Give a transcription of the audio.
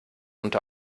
unter